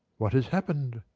what has happened?